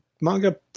manga